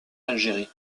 algérie